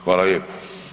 Hvala lijepo.